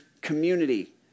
community